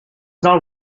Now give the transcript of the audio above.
not